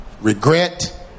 regret